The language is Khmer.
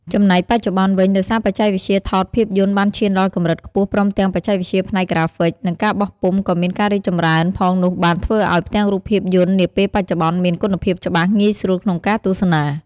ចំណែកបច្ចុប្បន្នវិញ ដោយសារបច្ចេកវិទ្យាថតភាពយន្តបានឈានដល់កម្រិតខ្ពស់ព្រមទាំងបច្ចេកវិទ្យាផ្នែកក្រាហ្វិក និងការបោះពុម្ពក៏មានការរីកចម្រើនផងនោះបានធ្វើអោយ ផ្ទាំងរូបភាពយន្តនាពេលបច្ចុប្បន្នមាន គុណភាពច្បាស់ងាយស្រួលក្នុងការទស្សនា ។